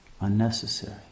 unnecessary